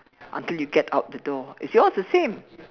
until you get out the door it's yours the same